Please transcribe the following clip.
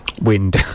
wind